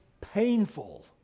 painful